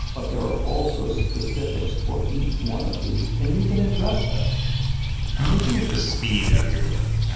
but there are also specifics for each one of these, and you can address them i'm looking at the speed of your work.